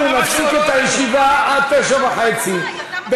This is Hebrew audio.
אנחנו נפסיק את הישיבה עד 21:30. דברו אתם,